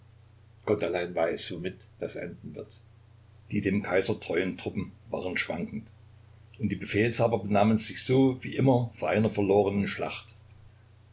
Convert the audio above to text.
gott allein weiß womit das enden wird die dem kaiser treuen truppen waren schwankend und die befehlshaber benahmen sich so wie immer vor einer verlorenen schlacht